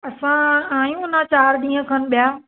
असां आहियूं अञा चारि ॾींहं खनि ॿियां